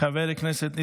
חבר הכנסת אריאל קלנר,